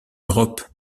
europe